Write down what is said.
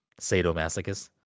Sadomasochist